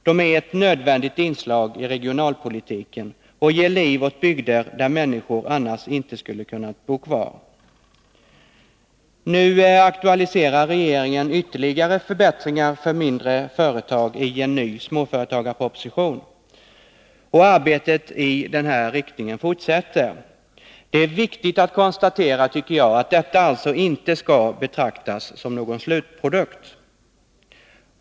De är ett nödvändigt inslag i regionalpolitiken och ger liv åt bygder där människor annars inte skulle ha kunnat bo kvar. Nu aktualiserar regeringen ytterligare förbättringar för mindre företag i en ny småföretagarproposition, och arbetet i den här riktningen fortsätter. Det är viktigt att konstatera, tycker jag, att detta alltså inte skall betraktas som någon slutprodukt.